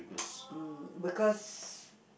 mm because